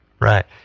Right